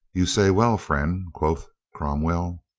you say well, friend, quoth cromwell.